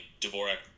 Dvorak